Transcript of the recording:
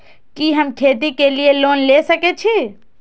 कि हम खेती के लिऐ लोन ले सके छी?